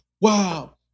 wow